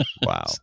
Wow